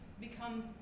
become